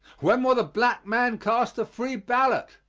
when will the black man cast a free ballot?